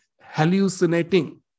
hallucinating